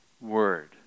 word